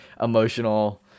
emotional